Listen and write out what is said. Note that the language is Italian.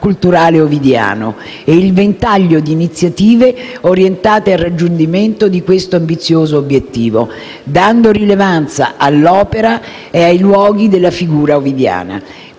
culturale Ovidiano e il ventaglio di iniziative orientate al raggiungimento di questo ambizioso obiettivo, dando rilevanza all'opera e ai luoghi della figura ovidiana.